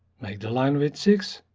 make the line width six,